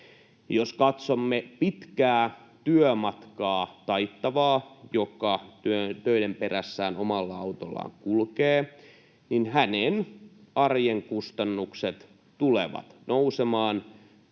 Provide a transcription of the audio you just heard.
Jos katsomme pitkää työmatkaa taittavaa, joka töiden perässä omalla autollaan kulkee, niin hänen arjen kustannuksensa tulevat nousemaan